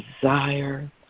desire